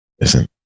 Listen